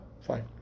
fine